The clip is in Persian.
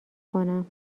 کنم